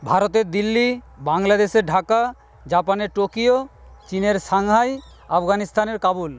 ভারতের দিল্লি বাংলাদেশে ঢাকা জাপানে টোকিও চীনের সাংহাই আফগানিস্তানের কাবুল